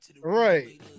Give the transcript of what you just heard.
right